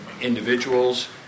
individuals